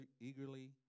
eagerly